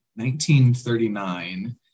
1939